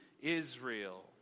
Israel